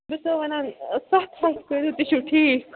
بہٕ چھَسو وَنان سَتھ ہَتھ کٔرِو تہِ چھُو ٹھیٖک